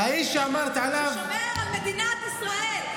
הוא שומר על מדינת ישראל,